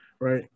right